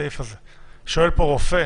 שואל פה רופא: